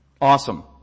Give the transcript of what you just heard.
Awesome